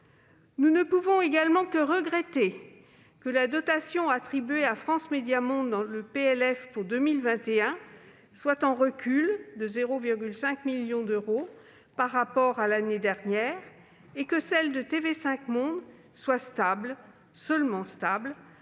Nous ne pouvons également que regretter que la dotation attribuée à France Médias Monde dans le PLF 2021 soit en recul de 0,5 million d'euros par rapport à l'année dernière, et que celle de TV5 Monde soit stable- seulement stable